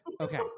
Okay